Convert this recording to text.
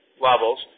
levels